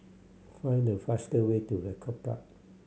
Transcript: find the faster way to Draycott Park